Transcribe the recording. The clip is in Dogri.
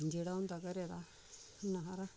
जेह्ड़ा होंदा घरै दा इन्ना हारा